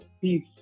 peace